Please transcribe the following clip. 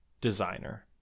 designer